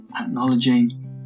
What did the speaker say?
acknowledging